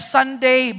Sunday